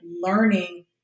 learning